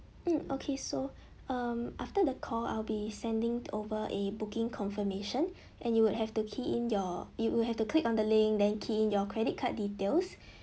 mm okay so um after the call I'll be sending over a booking confirmation and you will have to key in your it will have to click on the link key in your credit card details